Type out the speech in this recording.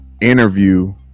interview